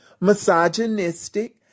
misogynistic